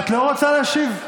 את לא רוצה להשיב?